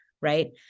Right